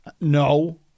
no